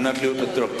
על מנת להיות אטרקטיבי?